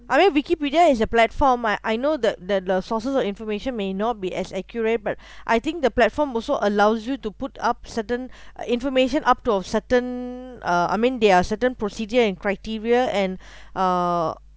I mean wikipedia is a platform I I know the that the sources of information may not be as accurate but I think the platform also allows you to put up certain uh information up to of certain uh I mean there are certain procedures and criteria and uh